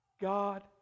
God